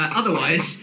otherwise